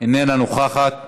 איננה נוכחת,